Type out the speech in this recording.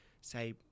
say